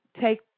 take